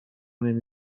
نمی